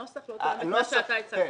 הנוסח לא תואם את מה שאתה הצגת.